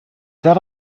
that